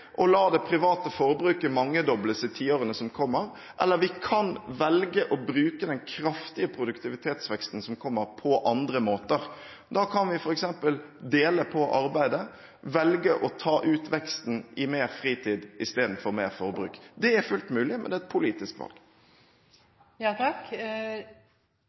å la det private forbruket mangedobles i tiårene som kommer, eller vi kan velge å bruke den kraftige produktivitetsveksten som kommer, på andre måter. Da kan vi f.eks. dele på arbeidet, velge å ta ut veksten i mer fritid istedenfor i mer forbruk. Det er fullt mulig, men det er et politisk